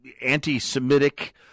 anti-Semitic